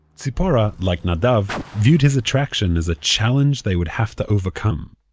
tzipora, like nadav, viewed his attraction as a challenge they would have to overcome.